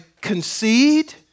concede